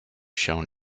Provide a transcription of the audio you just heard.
shown